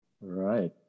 right